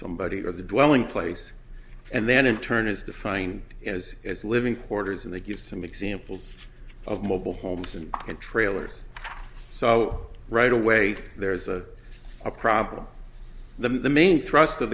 somebody or the dwelling place and then in turn is defined as as living quarters and they give some examples of mobile homes and trailers so right away there's a a problem the main thrust of